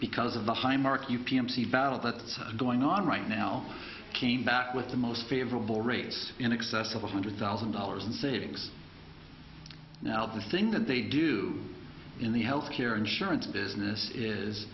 because of the high mark you p m c battle that's going on right now came back with the most favorable rates in excess of a hundred thousand dollars in savings now the thing that they do in the health care insurance business is